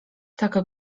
tak